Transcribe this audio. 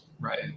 Right